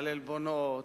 על עלבונות,